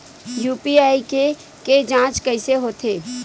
UPI के के जांच कइसे होथे?